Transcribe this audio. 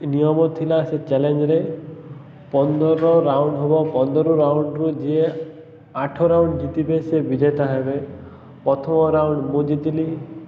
ନିୟମ ଥିଲା ସେ ଚ୍ୟାଲେଞ୍ଜରେ ପନ୍ଦର ରାଉଣ୍ଡ ହବ ପନ୍ଦର ରାଉଣ୍ଡରୁ ଯିଏ ଆଠ ରାଉଣ୍ଡ ଜିତିବେ ସେ ବିଜେତା ହେବେ ପ୍ରଥମ ରାଉଣ୍ଡ ମୁଁ ଜିତିଥିଲି